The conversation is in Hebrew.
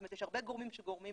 זאת אומרת יש הרבה גורמים שגורמים,